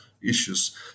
issues